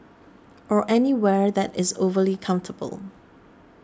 or anywhere that is overly comfortable